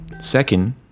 Second